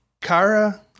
Kara